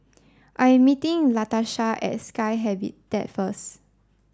I am meeting Latasha at Sky first